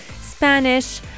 Spanish